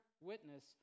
witness